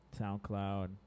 SoundCloud